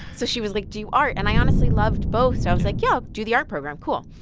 so she was like do art. and i honestly loved both so i was like, yeah, i'll do the art program, cool.